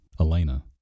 Elena